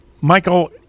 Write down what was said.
Michael